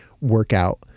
workout